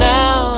now